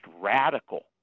radical